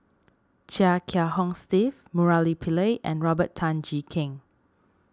Chia Kiah Hong Steve Murali Pillai and Robert Tan Jee Keng